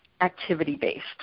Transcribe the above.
activity-based